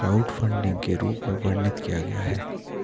crowdfunding के रूप में वर्णित किया गया है